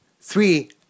three